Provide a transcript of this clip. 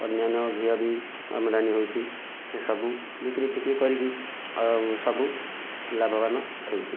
ଅନ୍ୟାନ୍ୟ ଘିଅ ବି ଅଲଗା ନିଆ ହେଉଛି ସେ ସବୁ ବିକ୍ରି ଫିକ୍ରି କରିକି ଆଉ ସବୁ ଲାଭବାନ୍ ହେଉଛି